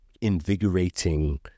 invigorating